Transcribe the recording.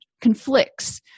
conflicts